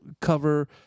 cover